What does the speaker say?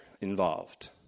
involved